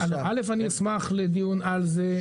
אני אשמח לדיון על זה.